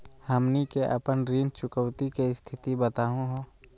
हमनी के अपन ऋण चुकौती के स्थिति बताहु हो?